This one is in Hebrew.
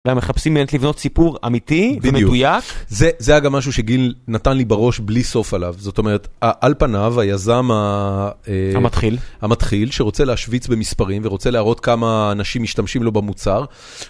והם מחפשים באמת לבנות סיפור אמיתי ומדוייק. זה היה גם משהו שגיל נתן לי בראש בלי סוף עליו. זאת אומרת, על פניו היזם המתחיל, שרוצה להשוויץ במספרים ורוצה להראות כמה אנשים משתמשים לו במוצר.